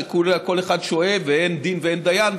שכל אחד שואב ואין דין ואין דיין,